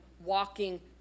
walking